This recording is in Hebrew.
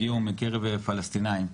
הגיעו מקרב הפלסטינים.